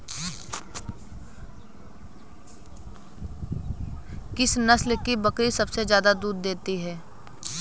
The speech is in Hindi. किस नस्ल की बकरी सबसे ज्यादा दूध देती है?